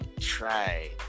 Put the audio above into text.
try